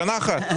זה נשמע לי